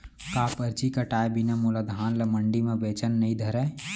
का परची कटाय बिना मोला धान ल मंडी म बेचन नई धरय?